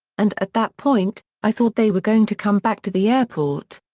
and at that point, i thought they were going to come back to the airport.